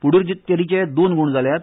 पुदुचेरीचे दोन गूण जाल्यात